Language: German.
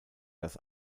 das